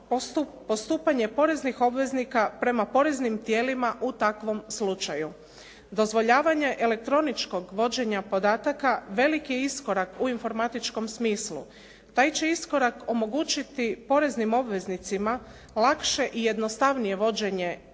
postupanje poreznih obveznika prema poreznim tijelima u takvom slučaju. Dozvoljavanje elektroničkog vođenja podataka velik je iskorak u informatičkom smislu. Taj će iskorak omogućiti poreznim obveznicima lakše i jednostavnije vođenje podataka